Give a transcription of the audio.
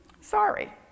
sorry